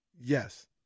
Yes